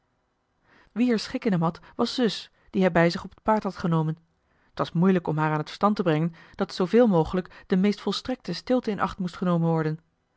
wie er schik in hem had was zus die hij bij zich op t paard had genomen t was moeilijk om haar aan t verstand te brengen dat zooveel mogelijk de meest volstrekte stilte in acht moest genomen worden